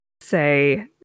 say